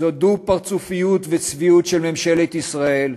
זו דו-פרצופיות וצביעות של ממשלת ישראל,